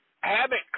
habit